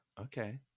Okay